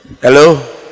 Hello